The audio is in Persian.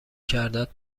کردت